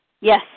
Yes